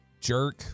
jerk